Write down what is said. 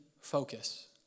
focus